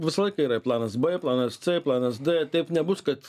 visą laiką yra planas b planas c planas d taip nebus kad